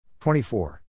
24